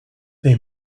they